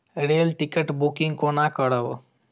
Rail ticket booking कोना करब?